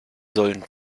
sollen